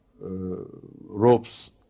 ropes